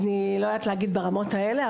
אני לא יודעת להגיד ברמות האלה,